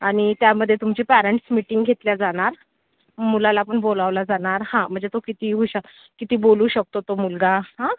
आणि त्यामध्ये तुमची पॅरेंट्स मीटिंग घेतल्या जाणार मुलाला पण बोलवलं जाणार हा म्हणजे तो किती हुशार किती बोलू शकतो तो मुलगा हा